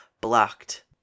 blocked